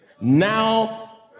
Now